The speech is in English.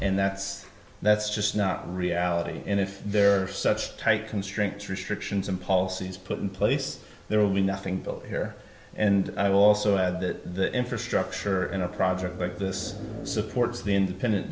and that's that's just not reality and if there are such tight constraints restrictions and policies put in place there will be nothing built here and i will also add that infrastructure in a project like this supports the independent